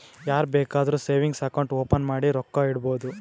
ಯಾರ್ ಬೇಕಾದ್ರೂ savings account open ಮಾಡಿ ರೊಕ್ಕಾ ಇಡ್ಬೋದು